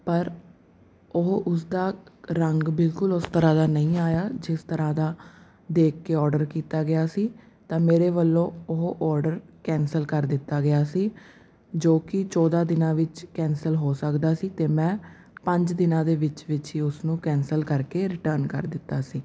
ਪਰ ਉਹ ਉਸਦਾ ਰੰਗ ਬਿਲਕੁਲ ਉਸ ਤਰ੍ਹਾਂ ਦਾ ਨਹੀਂ ਆਇਆ ਜਿਸ ਤਰ੍ਹਾਂ ਦਾ ਦੇਖ ਕੇ ਔਡਰ ਕੀਤਾ ਗਿਆ ਸੀ ਤਾਂ ਮੇਰੇ ਵੱਲੋਂ ਉਹ ਔਡਰ ਕੈਂਸਲ ਕਰ ਦਿੱਤਾ ਗਿਆ ਸੀ ਜੋ ਕਿ ਚੌਦਾਂ ਦਿਨਾਂ ਵਿੱਚ ਕੈਂਸਲ ਹੋ ਸਕਦਾ ਸੀ ਅਤੇ ਮੈਂ ਪੰਜ ਦਿਨਾਂ ਦੇ ਵਿੱਚ ਵਿੱਚ ਹੀ ਉਸਨੂੰ ਕੈਂਸਲ ਕਰਕੇ ਰਿਟਰਨ ਕਰ ਦਿੱਤਾ ਸੀ